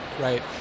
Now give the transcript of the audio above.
Right